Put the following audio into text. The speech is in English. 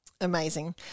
Amazing